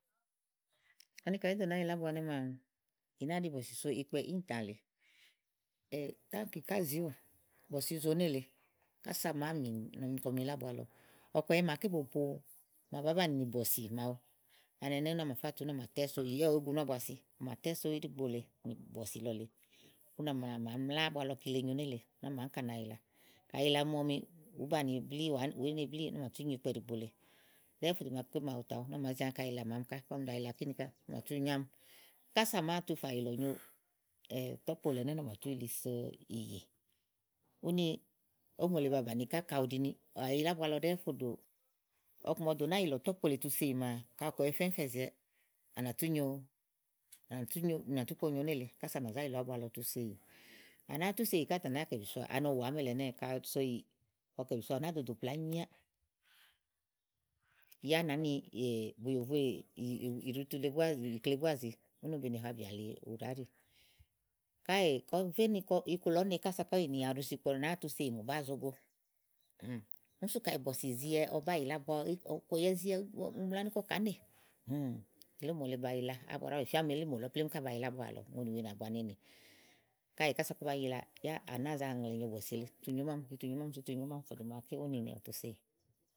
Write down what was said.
Ani kayi ìí ɖo nàáa yila ábua ɛnɛ́ maa, ì nàáa ɖi bɔ̀sì so ikpɛ íìntã lèe. tánkì ká zìiówó bɔ̀sì izo nélèe kása à màáa mì nɔɔmi kɔm yila ábua lɔ. ɔkùɛ̀yɛ màaké bòo po, màa bàá banìi nì bɔ̀sì màawu áni ɛnɛ́ɛ úni à màfá tùu úni à màtɛ́so yá ì wòó gunu ábua si à mà tɛ̀so íɖiɖigbo lèe bɔ̀sì lɔ lèe úni à mà mlá ábua lɔ kile nyi nélèe. úni à mà áŋka nì kayi yila, kayi yila ɔmi mù ni ùú banìi blíí, wèé ne blíì úni à mà tú nyo ikpɛ ɖìigbo lèe ɖɛ̀ɛ̀ fò dò ìgbè màaké màawuta úni à màá zi áŋka yila màámi ká ígbɔ ɔmi ɖàa yila kíni ká à mà tú nyo áli, kása à màáa tu fà yìlɔ̀nyo tɔ́kpo lèe ɛnɛ́ úni àmàtú so ìyì úni ówò mòole babàni ká kayi ì yila ábua lɔ ɖɛ̀ɛ̀ fò dò, màa ɔwɔ dò nàáa yìlɔ̀ tɔ̀kpo lèe tu so ìyì kayi ɔkùɛ̀yɛ fɛ́fɛ zìiwɛ, úni à nà tú nyo úni à nà tú nyo à nà tú ponyo nélèe kása à nà zá yìlɔ̀ ábua lɔ tu so ìyì, à nàá tú so ìyì ká tè à nàáa kɛ̀ bìsoà ani ɔ̀wù àámi èle ɛnɛ́ɛ kayi ò so ìyì ɔwɔ kɛ̀ bìsoà, ù nàáa ɖòɖò plaà ányi míá yá à nàá ni bùyòvoè ìɖutu le búá zìi ikle búá zìi úni be ni habìà li ùɖà áɖì. Káèè kɔ niku iku lɔ ɔ̀ne kása kɔ tú ni kɔ iku lɔ ɔ̀ ne kása kɔ̀ yì ni awu ígbɔ à nàáa tu so ìyì mòbàáa zo go úni sú kayi bɔ̀sì zìiwɛ ɔwɔ bá yìila ábua kɔ ɔ̀kùɛ̀yɛ zìwɛ ánì elí ówò mòole ba yila, ìfía ni elí mòlɔ plémú ka ́ ba yila ábua lɔ ɖálɔ̀ɔ ùŋonì wèe nàbua ne nè. Káèè kása kɔ ba yila yá ànàáa za ŋlɛ̀ nyo bɔ̀sì èle atu nyo mámì, atu nyo mámi fò dò ìgbè màaké úni nè ɔwɔtu so ìyì.